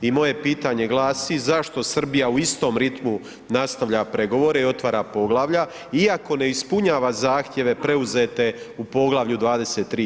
I moje pitanje glasi, zašto Srbija u istom rimu nastavlja pregovore i otvara poglavlja iako ne ispunjava zahtjeve preuzete u poglavlju 23.